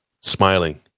Smiling